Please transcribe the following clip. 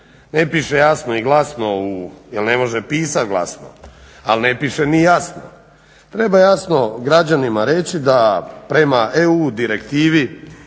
ne piše jasno i glasno jel ne može pisati glasno, ali ne piše ni jasno, treba jasno građanima reći da prema EU direktivi